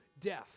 death